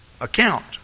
account